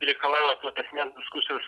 reikalauja platesnės diskusijos